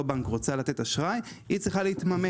בנק רוצה לתת אשראי היא צריכה להתממן,